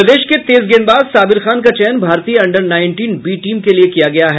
प्रदेश के तेज गेंदबाज साबिर खान का चयन भारतीय अंडर नाईंटिन बी टीम के लिये किया गया है